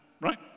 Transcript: right